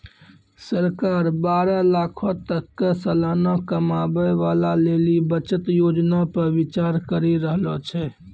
सरकार बारह लाखो तक के सलाना कमाबै बाला लेली बचत योजना पे विचार करि रहलो छै